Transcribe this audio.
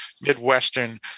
midwestern